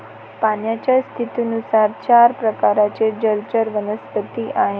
पाण्याच्या स्थितीनुसार चार प्रकारचे जलचर वनस्पती आहेत